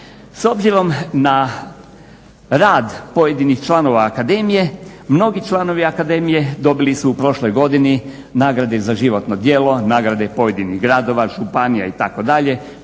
S obzirom na rad pojedinih članova akademije mnogi članovi akademije dobili su u prošloj godini nagrade za životno djelo, nagrade pojedinih gradova, županija itd.,